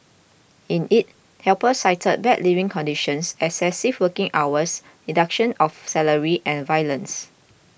in it helpers cited bad living conditions excessive working hours deduction of salary and violence